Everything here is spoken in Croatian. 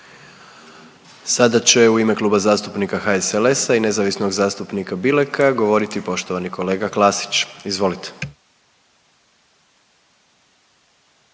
Sada će u ime Kluba zastupnika HSLS-a i nezavisnog zastupnika Bileka, govoriti poštovani kolega Klasić. Izvolite.